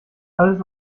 alles